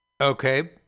Okay